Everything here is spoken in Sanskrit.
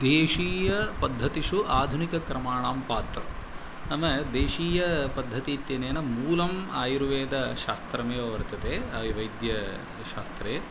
देशीय पद्धतिषु आधुनिक क्रमाणां पात्रं नाम देशीयपद्धतिः इत्यनेन मूलम् आयुर्वेदशास्त्रमेव वर्तते आयुर्वैद्यशास्त्रे